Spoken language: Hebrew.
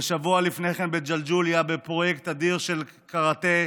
ושבוע לפני כן בג'לג'וליה בפרויקט אדיר של קרטה,